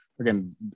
again